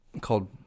called